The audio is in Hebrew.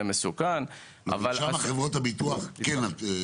מסוכן --- שם חברות הביטוח כן נתנו?